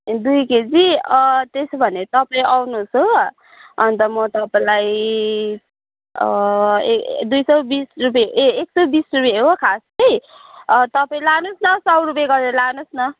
दुई केजी अँ त्यसो भने तपाईँले आउनुहोस् हो अन्त म तपाईँलाई अँ ए दुई सौ बिस रुपियाँ ए एक सौ बिस रुपियाँ हो खास चाहिँ अँ तपाईँ लानुहोस् न सौ रुपियाँ गरेर लानुहोस् न